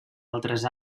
altres